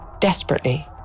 Desperately